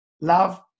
Love